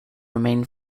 remain